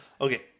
Okay